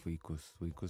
vaikus vaikus